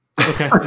Okay